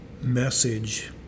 message